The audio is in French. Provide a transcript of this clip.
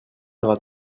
dînera